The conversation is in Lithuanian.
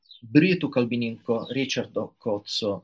britų kalbininko ričardo kotso